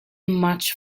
much